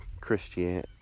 Christian